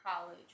college